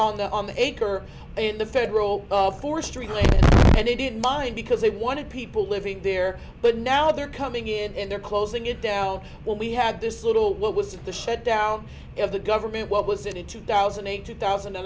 on the on the acre in the federal forestry and they didn't mind because they wanted people living there but now they're coming in and they're closing it down when we had this little what was the shutdown of the government what was it in two thousand and two thousand a